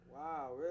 Wow